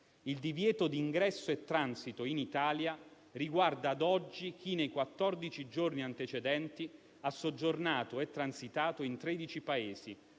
Il divieto di ingresso e transito in Italia riguarda a oggi chi nei quattordici giorni antecedenti ha soggiornato e transitato in tredici